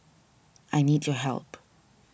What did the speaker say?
I need your help